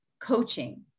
coaching